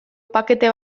pakete